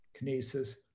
Kinesis